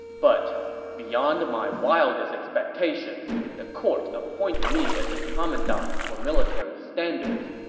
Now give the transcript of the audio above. but beyond my wildest expectations, the court appointed me as a commandant for military standards,